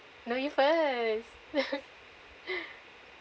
no you first